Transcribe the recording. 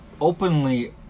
openly